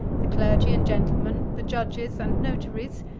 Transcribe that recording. the clergy and gentlemen, the judges and notaries,